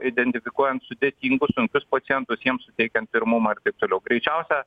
identifikuojant sudėtingus sunkius pacientus jiems suteikiant pirmumą ir taip toliau greičiausia